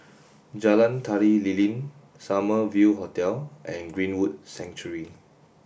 Jalan Tari Lilin Summer View Hotel and Greenwood Sanctuary